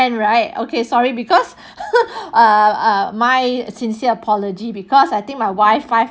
friend right okay sorry because err err my sincere apology because I think my wifi